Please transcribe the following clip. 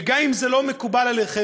וגם אם זה לא מקובל עליכם,